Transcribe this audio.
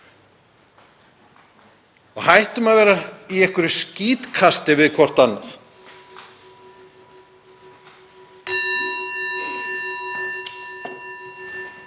Hættum að vera í einhverju skítkasti við hvert annað.